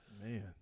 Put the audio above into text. Man